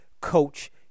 coach